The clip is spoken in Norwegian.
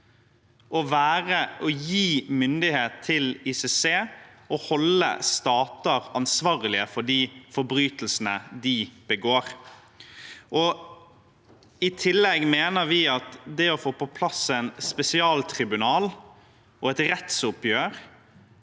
å gi myndighet til ICC og å holde stater ansvarlige for de forbrytelsene de begår. I tillegg mener vi at det å få på plass et spesialtribunal og et rettsoppgjør